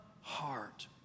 heart